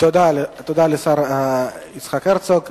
תודה לשר יצחק הרצוג.